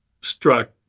struck